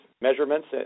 measurements